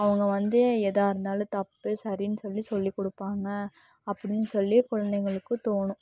அவங்க வந்து ஏதா இருந்தாலும் தப்பு சரின்னு சொல்லி சொல்லி கொடுப்பாங்க அப்படின்னு சொல்லி குழந்தைங்களுக்கு தோணும்